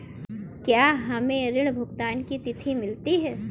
क्या हमें ऋण भुगतान की तिथि मिलती है?